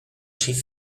aschi